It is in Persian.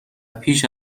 پیش